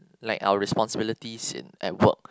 like our responsibilities in at work